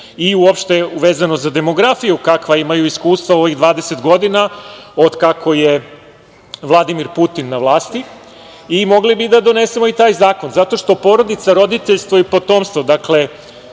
i uopšte vezano za demografiju kakva imaju iskustva u ovih 20 godina od kako je Vladimir Putin na vlasti, i taj zakon zato što porodica, roditeljstvo i potomstvo, dakle